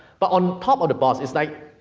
but on top of the box, it's like,